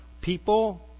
people